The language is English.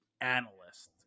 analyst